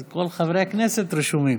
כל חברי הכנסת רשומים.